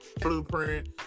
Blueprint